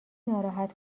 ناراحت